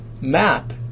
Map